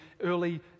early